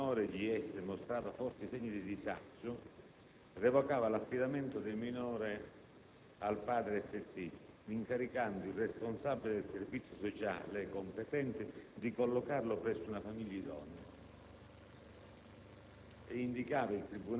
dopo aver rilevato che il minore G. S. mostrava forti segni di disagio, revocava l'affidamento del minore al padre S. T., incaricando il responsabile del servizio sociale competente di collocarlo presso una famiglia idonea.